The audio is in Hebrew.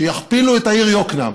שיכפילו את העיר יקנעם,